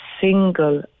single